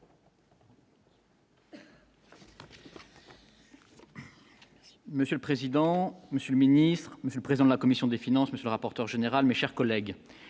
Monsieur le président, Monsieur le Ministre, Monsieur le président de la commission des finances Monsieur, rapporteur général mais, chers collègues,